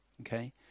Okay